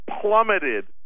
plummeted